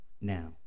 Now